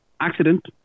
accident